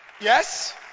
Yes